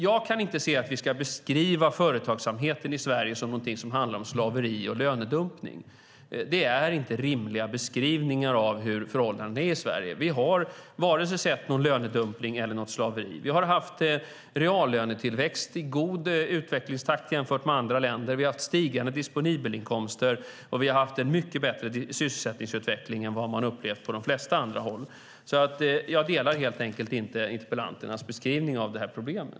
Jag kan inte se att vi ska beskriva företagsamheten i Sverige som någonting som handlar om slaveri och lönedumpning. Det är inte rimliga beskrivningar av hur förhållandena är i Sverige. Vi har vare sig sett någon lönedumpning eller något slaveri. Vi har haft reallönetillväxt i god utvecklingstakt jämfört med andra länder. Vi har haft stigande disponibla inkomster, och vi har haft en mycket bättre sysselsättningsutveckling än vad man haft på de allra flesta håll. Jag delar helt enkelt inte interpellanternas beskrivning av problemet.